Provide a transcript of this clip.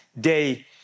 Day